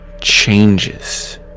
changes